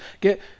get